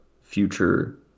future